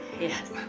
Yes